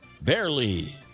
barely